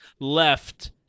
left